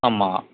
ஆமாம்